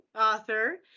author